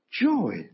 Joy